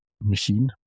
machine